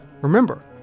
Remember